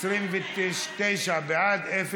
התשע"ח 2018,